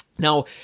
Now